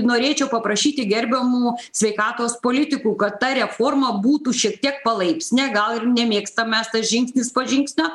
norėčiau paprašyti gerbiamų sveikatos politikų kad ta reforma būtų šiek tiek palaipsnia gal ir nemėgstam mes tas žingsnis po žingsnio